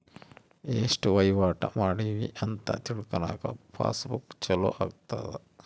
ಎಸ್ಟ ವಹಿವಾಟ ಮಾಡಿವಿ ಅಂತ ತಿಳ್ಕನಾಕ ಪಾಸ್ ಬುಕ್ ಚೊಲೊ ಅಗುತ್ತ